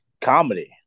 comedy